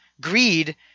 greed